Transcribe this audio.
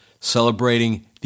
Celebrating